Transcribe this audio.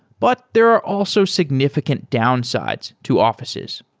but there are also significant downsides to offices,